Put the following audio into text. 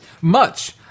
Much